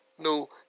No